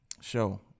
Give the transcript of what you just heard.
Show